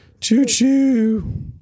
choo-choo